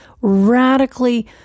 radically